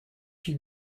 qui